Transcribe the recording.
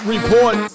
Report